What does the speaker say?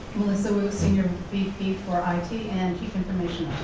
melissa woo, senior vp for and has been